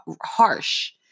harsh